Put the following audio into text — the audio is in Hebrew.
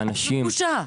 באנשים.